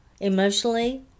emotionally